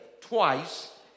twice